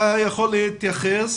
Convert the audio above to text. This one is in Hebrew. אתה יכול להתייחס.